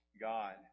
God